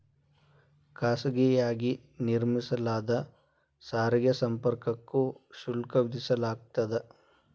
ಖಾಸಗಿಯಾಗಿ ನಿರ್ಮಿಸಲಾದ ಸಾರಿಗೆ ಸಂಪರ್ಕಕ್ಕೂ ಶುಲ್ಕ ವಿಧಿಸಲಾಗ್ತದ